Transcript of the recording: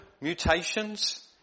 mutations